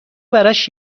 براش